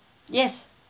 yes